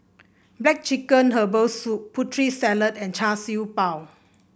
black chicken Herbal Soup Putri Salad and Char Siew Bao